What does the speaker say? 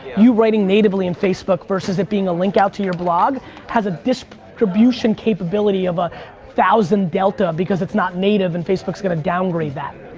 you writing natively in facebook versus it being a link out to your blog has a distribution capability of a thousand delta because it's not native and facebook's gonna downgrade that.